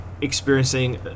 experiencing